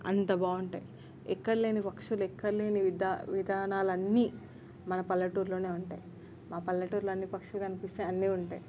అంత బాగుంటాయి ఎక్కడలేని పక్షులు ఎక్కడలేని విధా విధానాలన్నీ మన పల్లెటూరులోనే ఉంటాయి మా పల్లెటూరులో అన్ని పక్షులు కనిపిస్తాయి అన్నీ ఉంటాయి